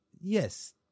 yes